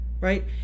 right